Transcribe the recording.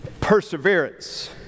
perseverance